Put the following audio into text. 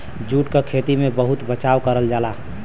jute क खेती में बहुत बचाव करल जाला